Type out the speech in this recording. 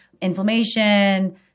inflammation